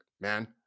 man